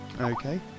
Okay